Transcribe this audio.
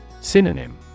Synonym